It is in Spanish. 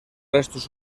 restos